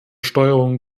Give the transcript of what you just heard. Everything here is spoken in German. steuerung